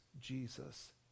Jesus